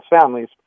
families